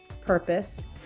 purpose